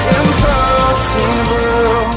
impossible